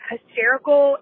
Hysterical